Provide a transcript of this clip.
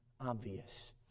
obvious